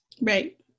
Right